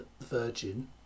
Virgin